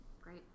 great